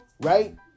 right